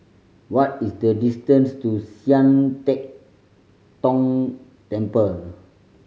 what is the distance to Sian Teck Tng Temple